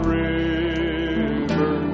river